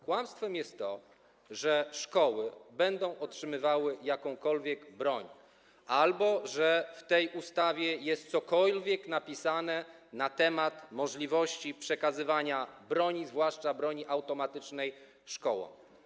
Kłamstwem jest to, że szkoły będą otrzymywały jakąkolwiek broń albo że w tej ustawie cokolwiek jest napisane na temat możliwości przekazywania broni, zwłaszcza broni automatycznej, szkołom.